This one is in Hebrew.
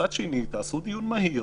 מצד שני, תעשו דיון מהיר,